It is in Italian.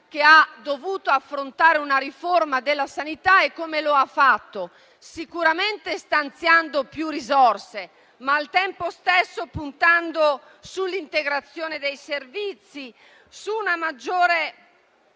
che ha dovuto affrontare una riforma della sanità e lo ha fatto sicuramente stanziando più risorse, ma al tempo stesso puntando sull'integrazione dei servizi, su una maggiore